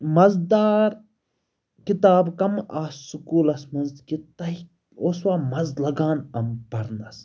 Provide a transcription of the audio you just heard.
مَزٕدار کِتاب کَم آسہٕ سکوٗلَس منٛز کہِ تۄہہِ اوسوا مَزٕ لَگان یِم پَرنَس